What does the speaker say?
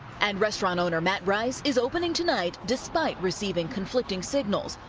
and restaurant owner matt rice is opening tonight despite receiving conflicting signals.